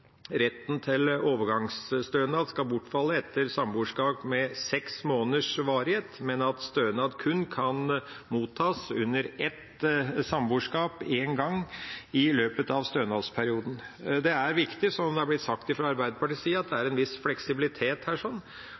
retten til overgangsstønad skal bortfalle etter samboerskap av seks måneders varighet, og at stønad kun kan mottas under ett samboerskap én gang i løpet av stønadsperioden. Det er viktig, som det er blitt sagt fra Arbeiderpartiets side, at det er en viss fleksibilitet her.